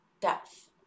depth